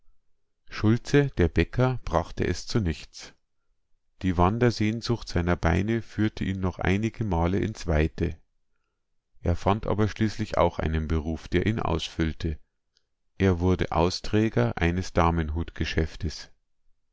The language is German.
schulze der bäcker brachte es zu nichts die wandersehnsucht seiner beine führte ihn noch einige male ins weite er fand aber schließlich auch einen beruf der ihn ausfüllte er wurde austräger eines